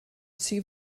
sir